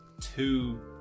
two